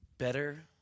Better